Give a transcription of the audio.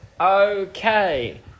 Okay